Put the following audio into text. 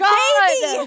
baby